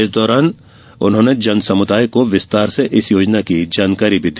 इस दौरान उन्होंने जन समुदाय को विस्तार से इस योजना की जानकारी दी